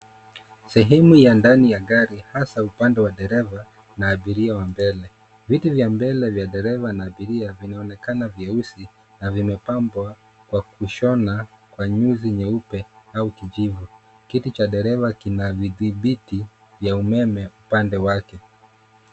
Sehemu ya ndani ya gari hasa upande wa dereva na abiria wa mbele. Viti vya mbele vya dereva na abiria vinaonekana vyeusi na vimepambwa kwa kushona kwa nyuzi nyeupe au kijivu. Kiti cha dereva kina vidhibiti vya umeme upande wake.